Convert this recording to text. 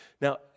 Now